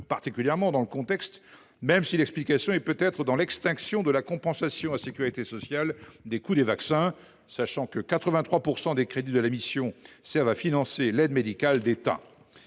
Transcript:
particulièrement dans le contexte actuel, même si l’explication de cette baisse est peut être à chercher dans l’extinction de la compensation à la sécurité sociale des coûts des vaccins, sachant que 83 % des crédits de la mission servent à financer l’aide médicale de l’État.